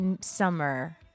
summer